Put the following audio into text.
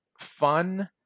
fun